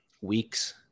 weeks